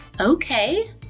Okay